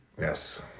yes